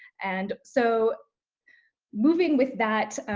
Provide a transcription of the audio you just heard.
and so moving with that